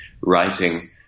writing